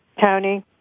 Tony